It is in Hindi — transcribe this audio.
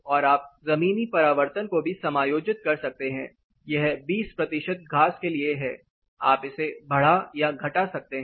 और आप जमीनी परावर्तन को भी समायोजित कर सकते हैं यह 20 प्रतिशत घास के लिए है आप इसे बढ़ा या घटा सकते हैं